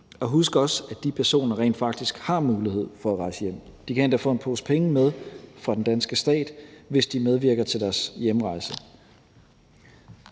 Og husk også, at de personer rent faktisk har mulighed for at rejse hjem – de kan endda få en pose penge med fra den danske stat, hvis de medvirker til deres hjemrejse.